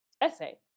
essay